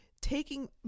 taking